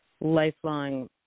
lifelong